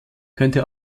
könnte